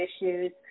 issues